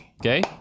Okay